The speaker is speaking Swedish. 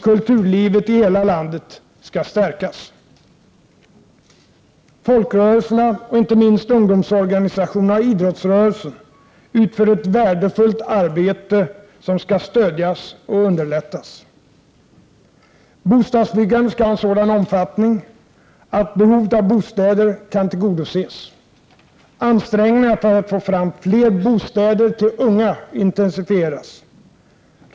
Kulturlivet i hela landet skall stärkas. Folkrörelserna, inte minst ungdomsorganisationerna och idrottsrörelsen, utför ett värdefullt arbete som skall stödjas och underlättas. Bostadsbyggandet skall ha en sådan omfattning att behovet av bostäder kan tillgodoses. Ansträngningarna för att få fram fler bostäder till unga intensifieras.